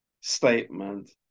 statement